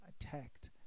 attacked